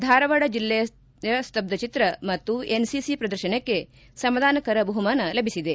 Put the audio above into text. ಧಾರವಾಡ ಜಿಲ್ಲೆ ಸ್ತಬ್ಬ ಚಿತ್ರ ಮತ್ತು ಎನ್ಸಿಸಿ ಪ್ರದರ್ಶನಕ್ಕೆ ಸಮಾಧಾನಕರ ಬಹುಮಾನ ಲಭಿಸಿದೆ